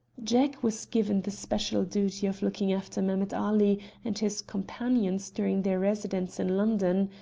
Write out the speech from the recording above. jack was given the special duty of looking after mehemet ali and his companions during their residence in london.